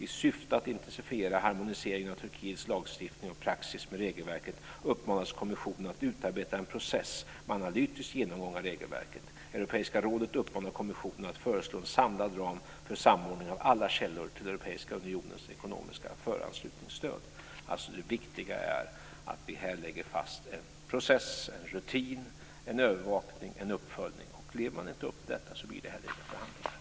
I syfte att intensifiera harmoniseringen av Turkiets lagstiftning och praxis med regelverket uppmanas kommissionen att utarbeta en process med analytisk genomgång av regelverket. Europeiska rådet uppmanar kommissionen att föreslå en samlad ram för samordning av alla källor till Europeiska unionens ekonomiska föranslutningsstöd." Det viktiga är att vi här lägger fast en process, en rutin, en övervakning, en uppföljning. Lever man inte upp till detta blir det inte heller några förhandlingar.